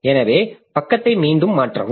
எனவே பக்கத்தை மீண்டும் மாற்றவும்